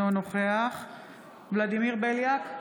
אינו נוכח ולדימיר בליאק,